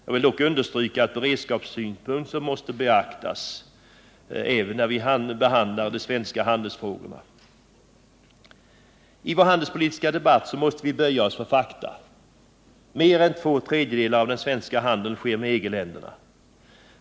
Jag vill dock understryka att beredskapssynpunkter måste beaktas även när vi behandlar de svenska handelsfrågorna. I vår handelspolitiska debatt måste vi böja oss för fakta. Mer än två tredjedelar av den svenska handeln sker med EG-länderna.